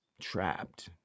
Trapped